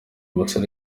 musore